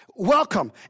Welcome